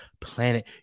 planet